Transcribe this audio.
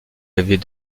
avait